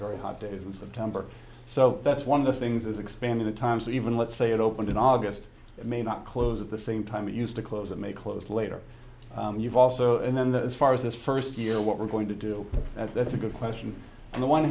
very hot days in september so that's one of the things is expanding the time so even let's say it opened in august it may not close at the same time it used to close and may close later you've also and then the as far as this first year what we're going to do and that's a good question on the one